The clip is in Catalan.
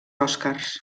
oscars